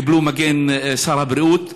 קיבלו את מגן שר הבריאות,